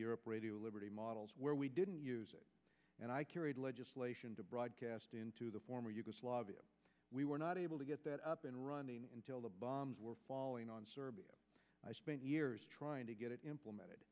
europe radio liberty models where we didn't and i carried legislation to broadcast into the former yugoslavia we were not able to get that up and running until the bombs were falling on serbia i spent years trying to get it implemented